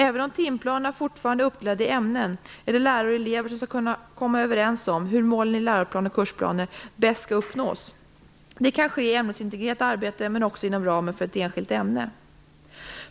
Även om timplanerna fortfarande är uppdelade i ämnen är det lärare och elever som skall komma överens om hur målen i läroplan och kursplaner bäst skall uppnås. Det kan ske i ämnesintegrerat arbete men också inom ramen för ett enskilt ämne.